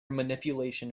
manipulation